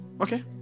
Okay